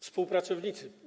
Współpracownicy!